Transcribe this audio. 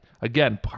Again